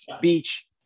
beach